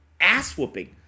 ass-whooping